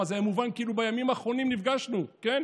למה זה היה מובן כאילו בימים האחרונים נפגשנו, כן?